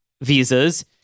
visas